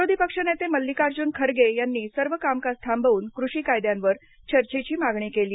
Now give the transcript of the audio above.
विरोधी पक्ष नेते मल्लिकार्जुन खर्गे यांनी सर्व कामकाज थांबवून कृषी कायद्यांवर चर्चेची मागणी केली